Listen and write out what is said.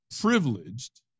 privileged